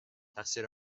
تقصیر